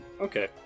Okay